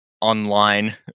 online